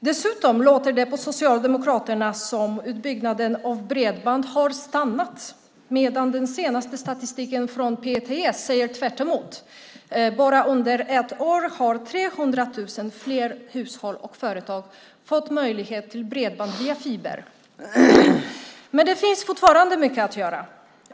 Dessutom låter det på Socialdemokraterna som att utbyggnaden av bredband har stannat av medan den senaste statistiken från PTS säger tvärtemot. Bara under ett år har 300 000 fler hushåll och företag fått möjlighet till bredband via fiber. Men det finns fortfarande mycket att göra.